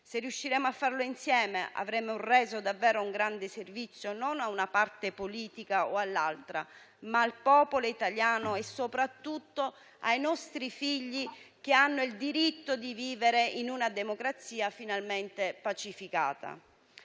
Se riusciremo a farlo insieme, avremo reso davvero un grande servizio non a una parte politica o all'altra, ma al popolo italiano e soprattutto ai nostri figli, che hanno il diritto di vivere in una democrazia finalmente pacificata.